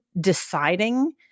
deciding